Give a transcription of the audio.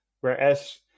whereas